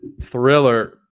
thriller